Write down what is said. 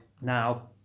now